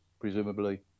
presumably